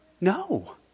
No